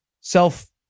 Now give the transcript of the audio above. self